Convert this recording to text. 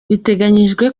biteganyijwe